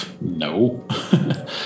No